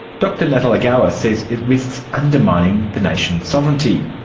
dr natalegawa says it risks undermining the nation's sovereignty.